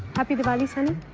happy diwali! so um